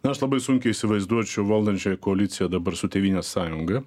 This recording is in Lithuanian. nu aš labai sunkiai įsivaizduočiau valdančiąją koaliciją dabar su tėvynės sąjunga